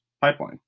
pipeline